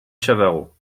chavarot